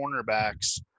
cornerbacks